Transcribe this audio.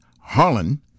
Harlan